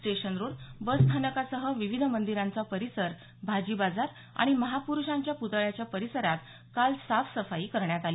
station road बसस्थानकासह विविध मंदिरांचा परिसर भाजीबाजार आणि महापुरूषांच्या प्तळ्याच्या परिसरात काल साफसफाई करण्यात आली